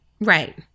Right